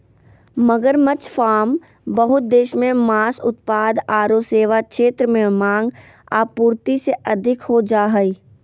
मगरमच्छ फार्म बहुत देश मे मांस उत्पाद आरो सेवा क्षेत्र में मांग, आपूर्ति से अधिक हो जा हई